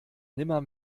nimmer